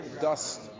dust